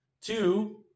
Two